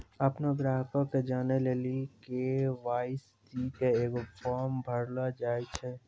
अपनो ग्राहको के जानै लेली के.वाई.सी के एगो फार्म भरैलो जाय छै